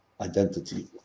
identity